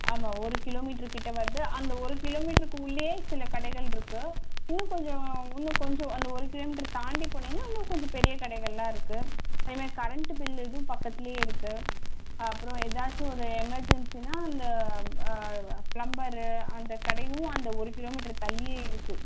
ஆமா ஒரு கிலோமீட்ரு கிட்டே வருது அந்த ஒரு கிலோமீட்ருக்கு உள்ளேயே சில கடைகள் இருக்குது இன்னும் கொஞ்சம் இன்னும் கொஞ்சம் அந்த ஒரு கிலோமீட்ரு தாண்டி போனீங்கன்னால் இன்னும் கொஞ்சம் பெரிய கடைகளெலாம் இருக்குது அதே மாதிரி கரண்ட்டு பில்லு இதுவும் பக்கத்திலையே இருக்குது அப்புறோம் ஏதாச்சும் ஒரு எமர்ஜென்ஸின்னால் இந்த ப்ளம்பரு அந்த கடையும் அந்த ஒரு கிலோமீட்ரு தள்ளியே இருக்குது